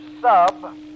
sub